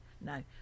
No